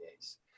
days